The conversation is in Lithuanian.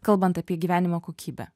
kalbant apie gyvenimo kokybę